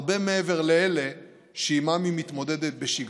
הרבה מעבר לאלה שעימם היא מתמודדת בשגרה.